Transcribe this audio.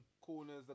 corners